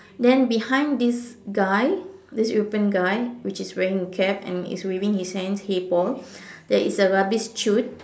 then behind this guy this European guy which is wearing a cap and is waving his hand hey Paul there is a rubbish chute